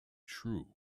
true